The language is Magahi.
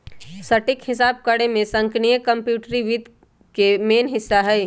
सटीक हिसाब करेमे संगणकीय कंप्यूटरी वित्त के मेन हिस्सा हइ